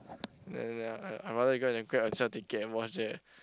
uh ya I I rather you go and grab yourself ticket and watch that